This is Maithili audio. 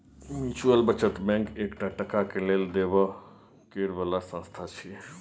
म्यूच्यूअल बचत बैंक एकटा टका के लेब देब करे बला संस्था छिये